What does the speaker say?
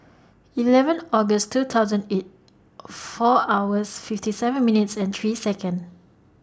eleven August two thousand eight four hours fifty seven minutes and three Second